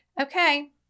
Okay